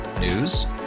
News